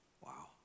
Wow